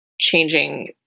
changing